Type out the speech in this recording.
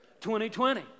2020